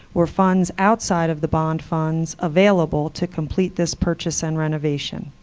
were funds outside of the bond funds available to complete this purchase and renovation?